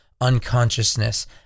unconsciousness